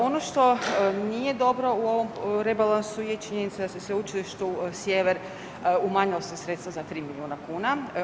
Ono što nije dobro u ovom rebalansu je činjenica da se Sveučilištu Sjever umanjilo se sredstava za 3 miliona kuna.